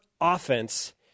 offense